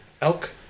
elk